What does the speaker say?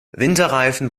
winterreifen